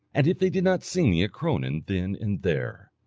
and if they did not sing me a cronan then and there!